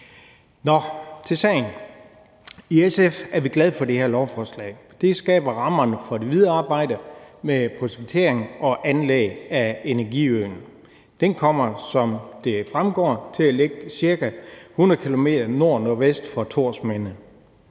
Nå, til sagen. I SF er vi glade for det her lovforslag. Det skaber rammerne for det videre arbejde med projektering og anlæg af energiøen. Den kommer, som det fremgår, til at ligge ca. 100 km nord/nordvest fra Thorsminde.